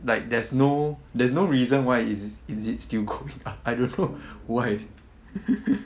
like there's no there's no reason why is is it is it still going up I don't know why